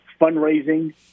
fundraising